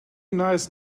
nice